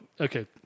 okay